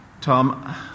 Tom